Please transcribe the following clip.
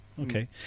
Okay